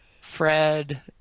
Fred